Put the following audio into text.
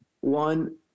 one